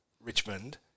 Richmond